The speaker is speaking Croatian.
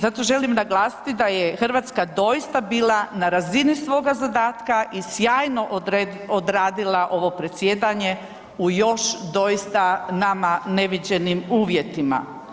Zato želim naglasiti da je Hrvatska doista bila na razini svoga zadatka i sjajno odradila ovo predsjedanje u još doista nama neviđenim uvjetima.